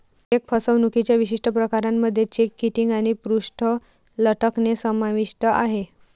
check फसवणुकीच्या विशिष्ट प्रकारांमध्ये चेक किटिंग आणि पृष्ठ लटकणे समाविष्ट आहे